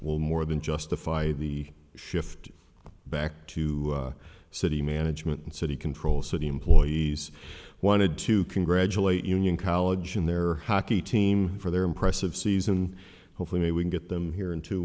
ill more than justify the shift back to city management and city control city employees wanted to congratulate union college and their hockey team for their impressive season hopefully we can get them here in two